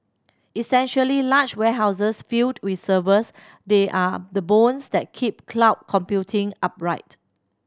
essentially large warehouses filled with servers they are the bones that keep cloud computing upright